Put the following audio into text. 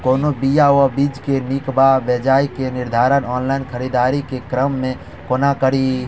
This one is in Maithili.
कोनों बीया वा बीज केँ नीक वा बेजाय केँ निर्धारण ऑनलाइन खरीददारी केँ क्रम मे कोना कड़ी?